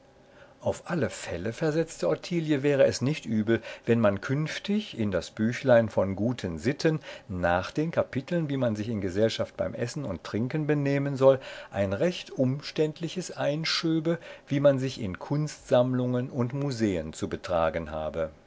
auf alle fälle versetzte ottilie wäre es nicht übel wenn man künftig in das büchlein von guten sitten nach den kapiteln wie man sich in gesellschaft beim essen und trinken benehmen soll ein recht umständliches einschöbe wie man sich in kunstsammlungen und museen zu betragen habe